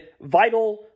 vital